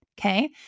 Okay